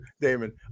Damon